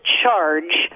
charge